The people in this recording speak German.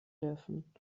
dürfen